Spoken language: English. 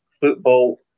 football